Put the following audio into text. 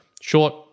Short